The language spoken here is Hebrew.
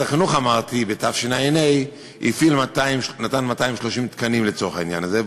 אמרתי שמשרד החינוך בתשע"ה נתן 230 תקנים לצורך העניין הזה,